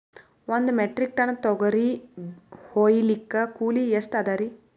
ಒಂದ್ metric tonne ತೊಗರಿ ಹೋಯಿಲಿಕ್ಕ ಕೂಲಿ ಎಷ್ಟ ಅದರೀ?